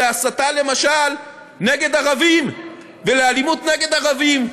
להסתה למשל נגד ערבים ולאלימות נגד ערבים.